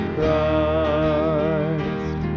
Christ